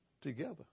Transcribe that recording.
together